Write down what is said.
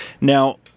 Now